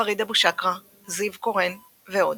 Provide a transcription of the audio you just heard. פריד אבו שקרה, זיו קורן ועוד.